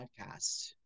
podcast